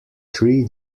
three